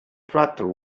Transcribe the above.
tractor